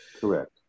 Correct